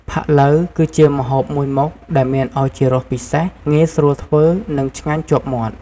ផាក់ឡូវ គឺជាម្ហូបមួយមុខដែលមានឱជារសពិសេស ងាយស្រួលធ្វើ និងឆ្ងាញ់ជាប់មាត់។